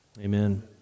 Amen